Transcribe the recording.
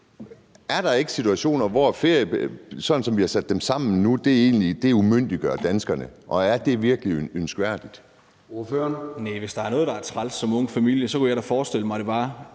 om der ikke er situationer, hvor feriereglerne, sådan som vi har sat dem sammen nu, egentlig umyndiggør danskerne, og er det virkelig ønskværdigt?